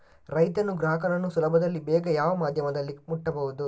ರೈತನು ಗ್ರಾಹಕನನ್ನು ಸುಲಭದಲ್ಲಿ ಬೇಗ ಯಾವ ಮಾಧ್ಯಮದಲ್ಲಿ ಮುಟ್ಟಬಹುದು?